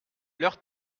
leur